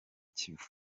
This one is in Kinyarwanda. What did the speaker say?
kivu